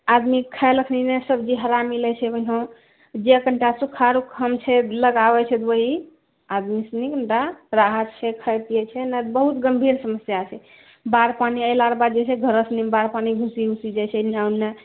आदमीकेँ खाए लऽ अखनि नहि सब्जी हरा मिलै छै ओहिनो जे कनीटा सुखा रुखामे छै लगाबै छै तऽ वही आदमी सब कऽ राहत छै खाए पियै छै नहि तऽ बहुत गंभीर समस्या छै बाढ़ पानि एलाके बाद जे छै घरो सबमे बाढ़ पानि घुसि घुसि जाय छै एने ओने